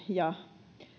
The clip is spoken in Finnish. ja